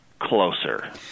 closer